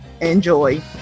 Enjoy